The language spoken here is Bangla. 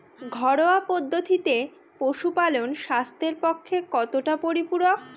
ঘরোয়া পদ্ধতিতে পশুপালন স্বাস্থ্যের পক্ষে কতটা পরিপূরক?